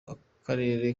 akarere